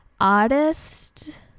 artist